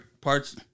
parts